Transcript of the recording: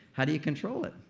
how do you control it?